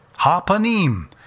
Hapanim